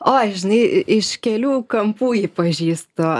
oi žinai i iš kelių kampų jį pažįstu